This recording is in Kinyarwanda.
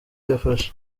yafashe